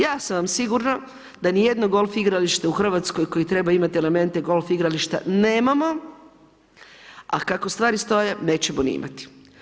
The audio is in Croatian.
Ja sam vam sigurna da ni jedno golf igralište u RH koje treba imati elemente golf igrališta nemamo, a kako stvari stoje, nećemo ni imati.